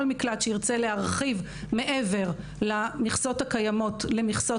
כל מקלט שירצה להרחיב מעבר למכסות הקיימות למכסות